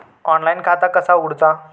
Online खाता कसा उगडूचा?